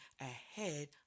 ahead